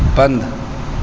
پندھ